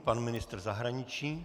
Pan ministr zahraničí.